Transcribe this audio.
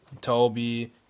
Toby